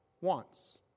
wants